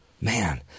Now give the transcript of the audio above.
man